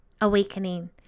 awakening